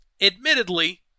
Admittedly